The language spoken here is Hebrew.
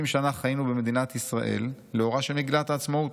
70 שנה חיינו במדינת ישראל לאורה של מגילת העצמאות,